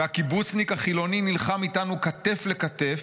והקיבוצניק החילוני נלחם איתנו כתף לכתף,